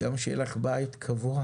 וגם שיהיה לך בית קבוע,